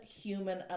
human